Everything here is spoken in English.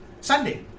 Sunday